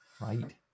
Right